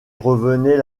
revenait